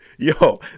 Yo